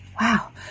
Wow